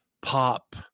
pop